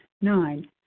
Nine